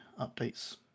updates